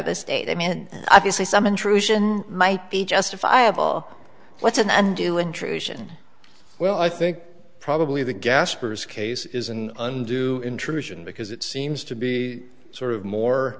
the state i mean obviously some intrusion might be justifiable what's an undue intrusion well i think probably the gaspers case is an undue intrusion because it seems to be sort of more